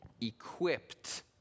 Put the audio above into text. equipped